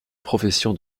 profession